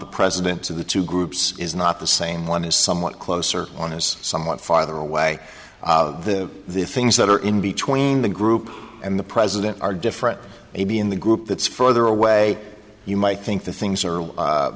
the president to the two groups is not the same one is somewhat closer on is somewhat farther away the things that are in between the group and the president are different maybe in the group that's further away you might think the things